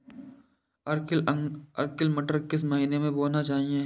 Arkel मटर किस महीना में बोना चाहिए?